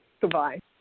Goodbye